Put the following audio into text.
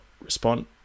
respond